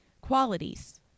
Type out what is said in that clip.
qualities